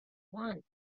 want